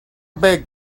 big